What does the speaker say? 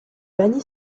banni